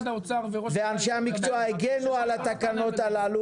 כשאני ביקשתי --- ואנשי המקצוע הגנו על התקנות הללו